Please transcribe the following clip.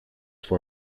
for